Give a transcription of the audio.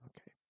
Okay